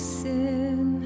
sin